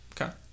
okay